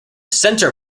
centre